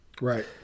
right